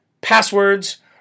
passwords